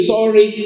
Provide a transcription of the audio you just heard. Sorry